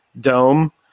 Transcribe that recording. Dome